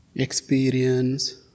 Experience